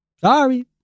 Sorry